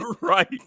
right